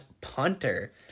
punter